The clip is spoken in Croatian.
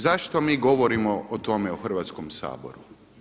Zašto mi govorimo o tome u Hrvatskom saboru?